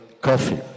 coffee